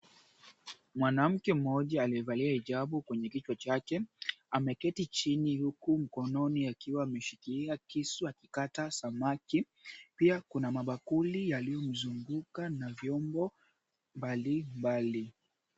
Mwanamke mmoja aliyevalia hijabu kwenye kichwa chake ameketi chini huku mkononi akiwa ameshikilia kisu akikata samaki. Pia kuna mabakuli yaliyomzumguka na vyombo mbalimbali.